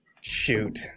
Shoot